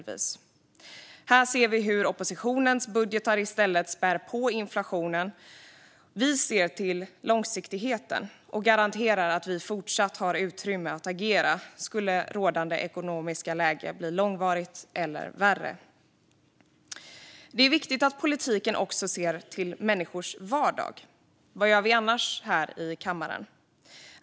Vi ser hur oppositionens budgetar spär på inflationen medan vi ser till långsiktigheten och garanterar att vi fortsatt har utrymme att agera om rådande ekonomiska läge skulle bli långvarigt eller värre. Det är viktigt att politiken också ser människors vardag. Vad gör vi annars här i kammaren?